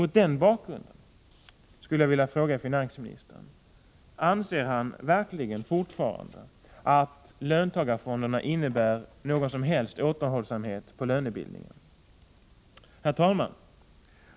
Mot den bakgrunden skulle jag vilja fråga finansministern: Anser finansministern verkligen fortfarande att löntagarfonderna innebär någon som helst återhållsamhet i fråga om lönebildningen?